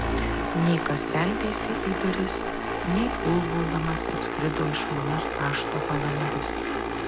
nei kas beldėsi į duris nei ulbaudamas atskrido išmanus pašto balandis